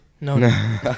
No